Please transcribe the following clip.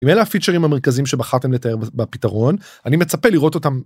אם אלה הפיצ'רים המרכזים שבחרתם לתאר בפתרון אני מצפה לראות אותם.